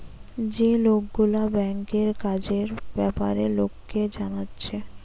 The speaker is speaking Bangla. যে লোকগুলা ব্যাংকের কাজের বেপারে লোককে জানাচ্ছে